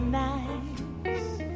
nice